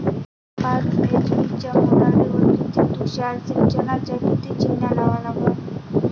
पाच एच.पी च्या मोटारीवर किती तुषार सिंचनाच्या किती चिमन्या लावा लागन?